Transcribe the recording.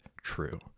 true